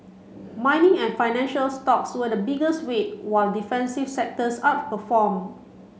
mining and financial stocks were the biggest weight while defensive sectors outperformed